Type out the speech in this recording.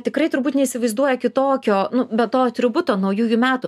tikrai turbūt neįsivaizduoja kitokio be to atributo naujųjų metų